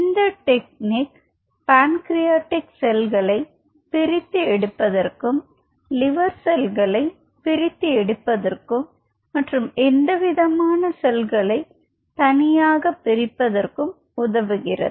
இந்த technique pancreatic செல்களை பிரித்து எடுப்பதற்கும் லிவர் செல்களை பிரித்து எடுப்பதற்கும் மற்றும் எந்தவிதமான செல்களை தனியாக பிரிப்பதற்கும் உதவுகிறது